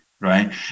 right